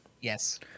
Yes